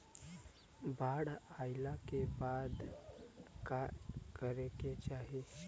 बाढ़ आइला के बाद का करे के चाही?